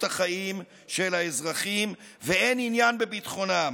החיים של האזרחים ואין עניין בביטחונם.